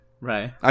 Right